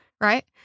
right